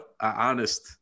honest